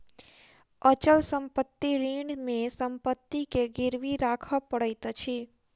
अचल संपत्ति ऋण मे संपत्ति के गिरवी राखअ पड़ैत अछि